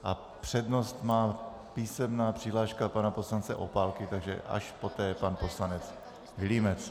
A přednost má písemná přihláška pana poslance Opálky, takže až poté pan poslanec Vilímec.